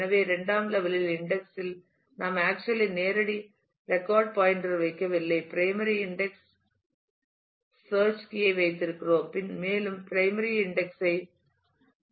எனவே இரண்டாம் level index இல்நாம் ஆக்சுவலி நேரடி ரெக்கார்ட் பாயின்டர் வைக்கவில்லை பிரைமரி இன்டெக்ஸ் இன் சேர்ச் கீ ஐ வைத்திருக்கிறோம் மேலும் பிரைமரி இன்டெக்ஸ் ஐ மிகவும் திறமையாக தேட முடியும் என்பதை நாங்கள் அறிவோம்